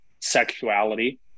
sexuality